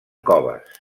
coves